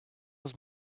was